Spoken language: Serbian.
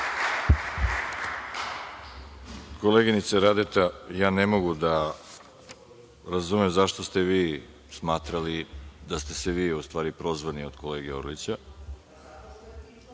Koleginice Radeta, ja ne mogu da razumem zašto ste vi smatrali da ste vi prozvani od kolege Orlića,